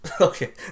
Okay